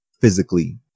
physically